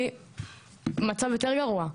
במצב יותר גרוע,